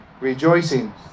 Rejoicing